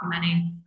documenting